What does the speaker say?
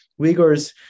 Uyghurs